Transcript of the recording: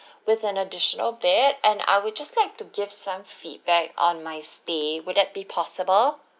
with an additional bed and I would just like to give some feedback on my stay would that be possible